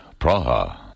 Praha